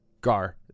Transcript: Gar